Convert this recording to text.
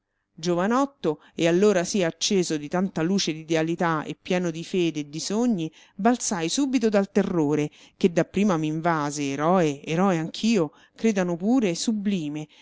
giovanotto e allora sì acceso di tanta luce d'idealità e pieno di fede e di sogni balzai subito dal terrore che dapprima m'invase eroe eroe anch'io credano pure sublime